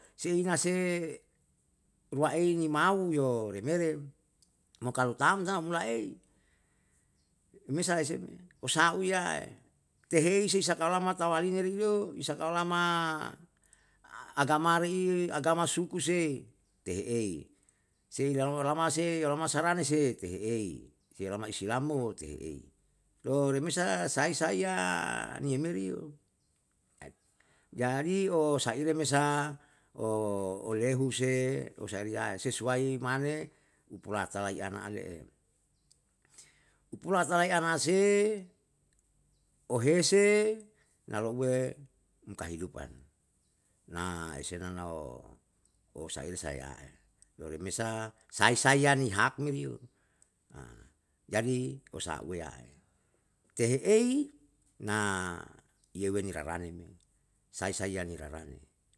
Seina se rua ei ni mau yo re mere, mo kalu tam, tam laei, me sa ise me, osauiya'e tehei sai saka lau mata waline ri'iyo isakaolama, agama ri iri agama suku se, tehe ei, sei la olama se, yolama sarane se, tehe ei, sei yolama islam mo tehe ei, lo remesa sai saiya niye meri yo. Jadi osaire me sa o olehu se osali ae sesuai mane upulata lai ana ale'e, upulata lai anase ohese na louwe um kahidupan, na esenanao osire saiya'e, lo reme sa sai saiya ni hak me riyo jadi osa'aweya'e, tehe ei na yeweni rarane meo, sai saiya ni rarane